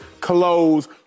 close